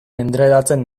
endredatzen